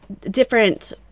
different